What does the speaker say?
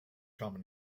common